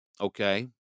okay